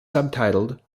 subtitled